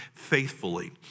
Faithfully